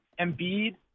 Embiid